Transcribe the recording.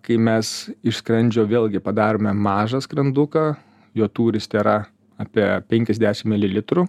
kai mes iš skrandžio vėlgi padarome mažą skranduką jo tūris tėra apie penkiasdešim mililitrų